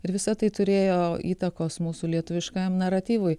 ir visa tai turėjo įtakos mūsų lietuviškajam naratyvui